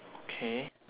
okay